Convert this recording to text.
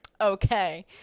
okay